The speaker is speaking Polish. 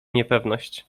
niepewność